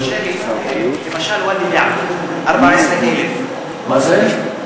אם יורשה לי, למשל ואדי-אל-נעם, 14,000. מה זה?